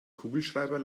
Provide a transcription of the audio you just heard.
kugelschreiber